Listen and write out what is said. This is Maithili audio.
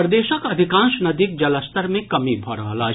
प्रदेशक अधिकांश नदीक जलस्तर मे कमी भऽ रहल अछि